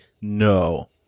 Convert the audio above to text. No